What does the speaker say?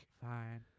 Fine